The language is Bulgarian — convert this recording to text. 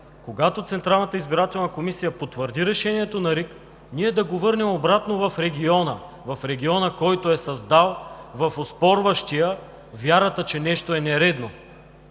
когато Централната избирателна комисия потвърди решението на РИК, ние да го върнем обратно в региона, който е създал в оспорващия вярата, че нещо е нередно.